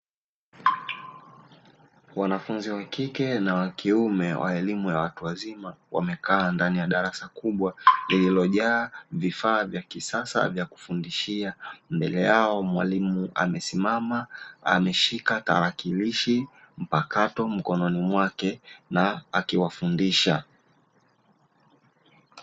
Wanafunzi wa kike na wa kiume, wa elimu ya watu wazima, wamekaa ndani ya darasa kubwa, lililojaa vifaa vya kisasa vya kufundishia, mbele yao mwalimu amesimama ameshika tarakilishi mpakato, mkononi mwake na akiwafundisha.